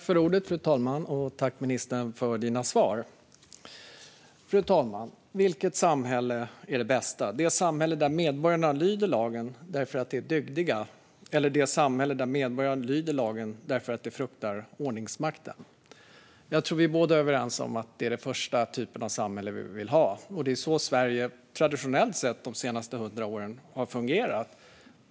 Fru talman! Tack, ministern, för svaret! Vilket samhälle är det bästa - det samhälle där medborgarna lyder lagen därför att de är dygdiga eller det samhälle där medborgarna lyder lagen därför att de fruktar ordningsmakten? Jag tror att jag och ministern är överens om att det är den första typen av samhälle vi vill ha, och det är så Sverige traditionellt sett har fungerat de senaste 100 åren.